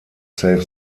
save